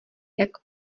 jak